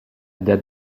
date